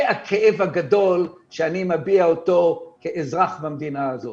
זה הכאב הגדול שאני מביע אותו כאזרח במדינה הזו.